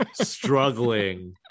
struggling